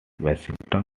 washington